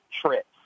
trips